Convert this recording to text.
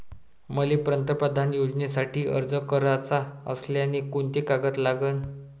मले पंतप्रधान योजनेसाठी अर्ज कराचा असल्याने कोंते कागद लागन?